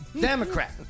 Democrat